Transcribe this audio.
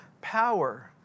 power